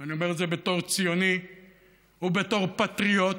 ואני אומר את זה בתור ציוני ובתור פטריוט